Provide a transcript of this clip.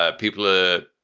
ah people are.